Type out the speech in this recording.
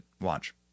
Watch